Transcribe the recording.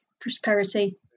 prosperity